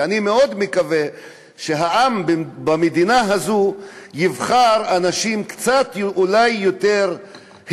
ואני מאוד מקווה שהעם במדינה הזאת יבחר אנשים קצת יותר הגיוניים,